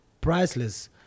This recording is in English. priceless